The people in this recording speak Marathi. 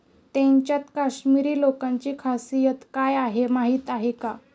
त्यांच्यात काश्मिरी लोकांची खासियत काय आहे माहीत आहे का?